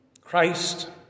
Christ